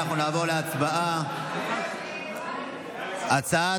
נעבור להצבעה, הצעה